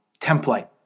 template